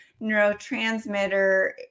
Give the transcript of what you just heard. neurotransmitter